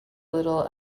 little